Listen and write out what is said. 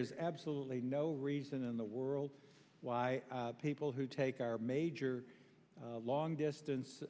is absolutely no reason in the world why people who take our major long distance